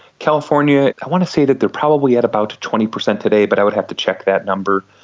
california, i want to say that they are probably at about twenty percent today but i would have to check that number.